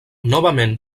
novament